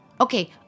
Okay